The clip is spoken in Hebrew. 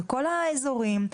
בכל האזורים.